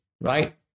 right